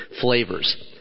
flavors